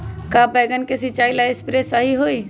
का बैगन के सिचाई ला सप्रे सही होई?